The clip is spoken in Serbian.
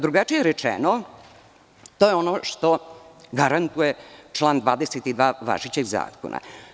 Drugačije rečeno, to je ono što garantuje član 22. važećeg zakona.